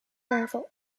powerful